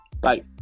Bye